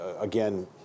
Again